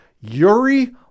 Yuri